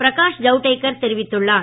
பிரகாஷ் ஜவ்டேக்கர் தெரிவித்துள்ளார்